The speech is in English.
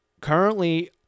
Currently